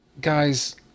guys